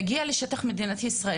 מגיע לשטח מדינת ישראל